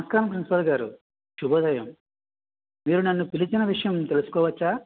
నమస్కారం ప్రిన్సిపాల్ గారు శుభోదయం మీరు నన్ను పిలిచిన విషయం తెలుసుకోవచ్చా